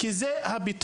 כי זה הפתרון.